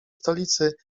stolicy